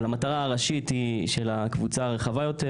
אבל המטרה הראשית של הקבוצה הרחבה יותר